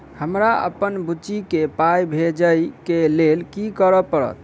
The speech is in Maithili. हमरा अप्पन बुची केँ पाई भेजइ केँ लेल की करऽ पड़त?